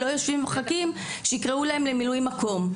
לא יושבים ומחכים שיקראו להם למילוי מקום.